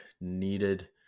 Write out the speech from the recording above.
needed